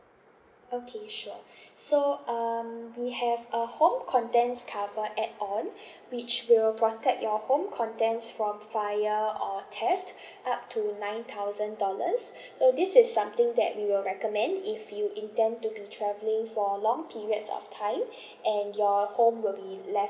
okay sure so um we have a home contents cover add on which will protect your home contents from fire or theft up to nine thousand dollars so this is something that we will recommend if you intend to be travelling for long periods of time and your home will be left